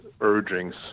urgings